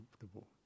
comfortable